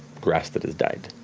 grass that has died.